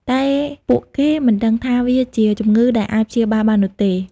តែពួកគេមិនដឹងថាវាជា ជំងឺដែលអាចព្យាបាលបាននោះទេ។